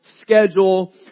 schedule